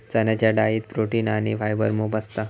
चण्याच्या डाळीत प्रोटीन आणी फायबर मोप असता